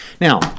Now